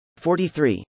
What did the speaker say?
43